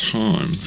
time